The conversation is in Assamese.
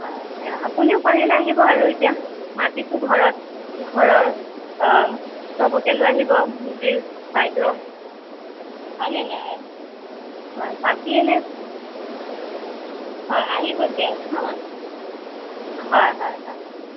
হয় আপুনিও পাৰিলে আহিব আৰু এতিয়া মাতিছোঁ ঘৰত ঘৰৰ চবকে লৈ আহিব ভন্টী বাইদেউ হয়নে নাই বাকী এনেই হয় আহিব দিয়ক হাঁ হয় হয় হয়